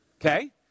Okay